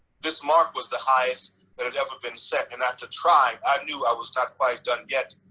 this mark was the highest that had ever been set and not to try i knew i was not quite done yet.